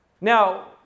Now